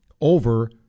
over